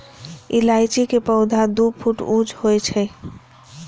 इलायची के पौधा दू फुट ऊंच होइ छै